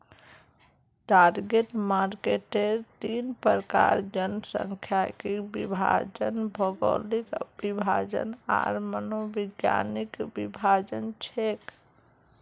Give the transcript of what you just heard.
target marketer तीन प्रकार जनसांख्यिकीय विभाजन, भौगोलिक विभाजन आर मनोवैज्ञानिक विभाजन छेक